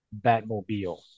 Batmobile